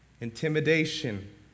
intimidation